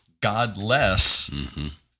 godless